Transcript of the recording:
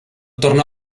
tornò